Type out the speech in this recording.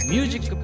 Music